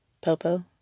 Popo